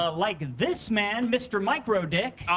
ah like this man, mr. mike rodick